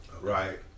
Right